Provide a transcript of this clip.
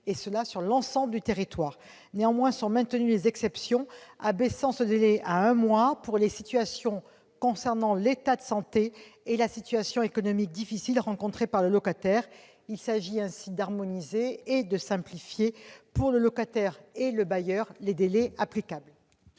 et ce sur l'ensemble du territoire. Sont néanmoins maintenues les exceptions abaissant ce délai à un mois pour les situations concernant l'état de santé du locataire et la situation économique difficile qu'il est susceptible de rencontrer. Il s'agit ainsi d'harmoniser et de simplifier, pour le locataire et le bailleur, les délais applicables.